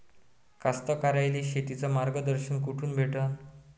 कास्तकाराइले शेतीचं मार्गदर्शन कुठून भेटन?